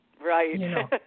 Right